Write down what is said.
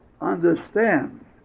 understand